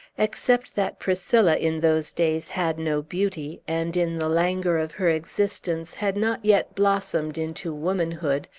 except that priscilla, in those days, had no beauty, and, in the languor of her existence, had not yet blossomed into womanhood,